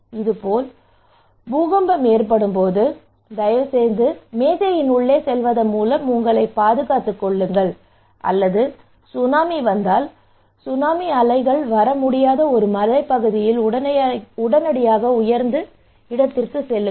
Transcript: இதேபோல் பூகம்பம் ஏற்படும் போது தயவுசெய்து மேசையின் உள்ளே செல்வதன் மூலம் உங்களைப் பாதுகாத்துக் கொள்ளுங்கள் அல்லது சுனாமி இருந்தால் சுனாமி அலைகள் வர முடியாத ஒரு மலைப் பகுதியில் உடனடியாக உயர்ந்த இடத்திற்குச் செல்லுங்கள்